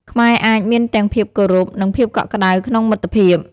ខ្មែរអាចមានទាំងភាពគោរព និងភាពកក់ក្ដៅក្នុងមិត្តភាព។